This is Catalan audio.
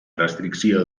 restricció